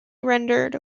rendered